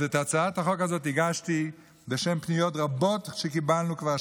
את הצעת החוק הזאת הגשתי בשל פניות רבות שקיבלנו כבר שנים.